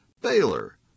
Baylor